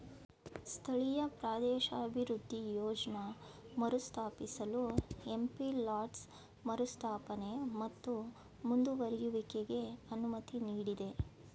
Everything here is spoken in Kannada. ಸ್ಥಳೀಯ ಪ್ರದೇಶಾಭಿವೃದ್ಧಿ ಯೋಜ್ನ ಮರುಸ್ಥಾಪಿಸಲು ಎಂ.ಪಿ ಲಾಡ್ಸ್ ಮರುಸ್ಥಾಪನೆ ಮತ್ತು ಮುಂದುವರೆಯುವಿಕೆಗೆ ಅನುಮತಿ ನೀಡಿದೆ